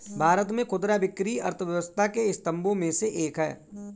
भारत में खुदरा बिक्री अर्थव्यवस्था के स्तंभों में से एक है